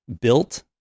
built